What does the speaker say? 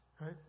right